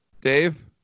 Dave